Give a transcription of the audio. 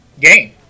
game